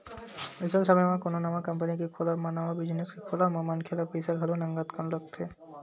अइसन समे म कोनो नवा कंपनी के खोलब म नवा बिजनेस के खोलब म मनखे ल पइसा घलो नंगत कन लगथे